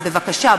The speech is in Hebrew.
אז בבקשה,